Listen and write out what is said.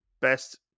best